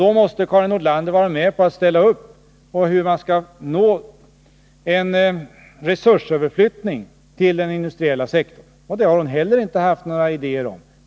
Då måste Karin Nordlander vara med på att ställa upp för en resursöverflyttning till den industriella sektorn. Det har hon inte heller några idéer om.